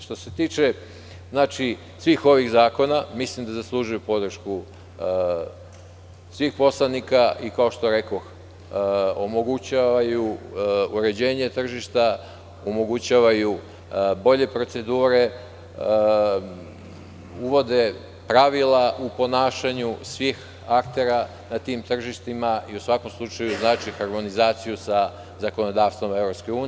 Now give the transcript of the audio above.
Što se tiče svih ovih zakona, mislim da zaslužuju podršku svih poslanika i, kao što rekoh, omogućavaju uređenje tržišta, omogućavaju bolje procedure, uvode pravila u ponašanju svih aktera na tim tržištima i u svakom slučaju znače harmonizaciju sa zakonodavstvom EU.